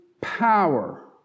power